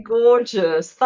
gorgeous